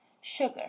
sugar